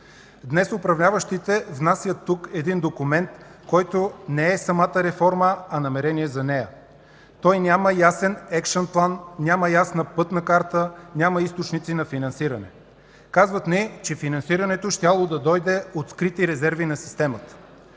Днес управляващите внасят тук един документ, който не е самата реформа, а намерение за нея. Той няма ясен екшън план, няма ясна пътна карта, няма източници на финансиране. Казват ни, че финансирането щяло да дойде от скрити резерви на системата,